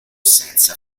senza